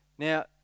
Now